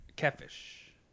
Catfish